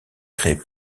créée